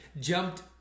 jumped